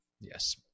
Yes